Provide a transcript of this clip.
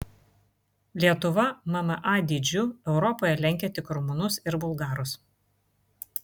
lietuva mma dydžiu europoje lenkia tik rumunus ir bulgarus